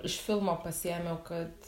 iš filmo pasiėmiau kad